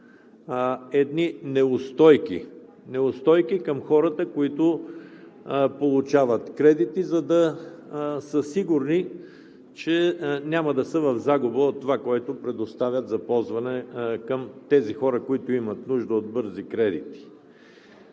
едни неустойки към хората, които получават кредити, за да са сигурни, че няма да са в загуба от това, което предоставят за ползване към тези хора, които имат нужда от бързи кредити.